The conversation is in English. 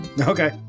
Okay